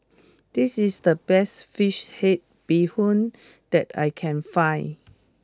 this is the best Fish Head Bee Hoon that I can find